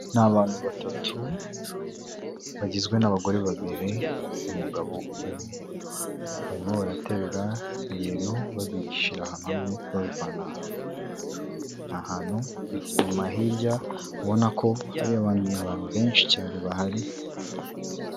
N'abantu batatu bagizwe n'abagore babiri n'umugabo umwe barimo baraterura ibintu babishyira hamwe babivana ahantu hirya ubona ko hari abandi bantu benshi cyane bahari